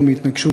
תודה,